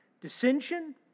dissension